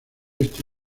este